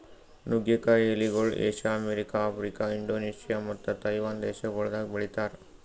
ನುಗ್ಗೆ ಕಾಯಿ ಎಲಿಗೊಳ್ ಏಷ್ಯಾ, ಅಮೆರಿಕ, ಆಫ್ರಿಕಾ, ಇಂಡೋನೇಷ್ಯಾ ಮತ್ತ ತೈವಾನ್ ದೇಶಗೊಳ್ದಾಗ್ ಬೆಳಿತಾರ್